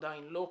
עדיין לא.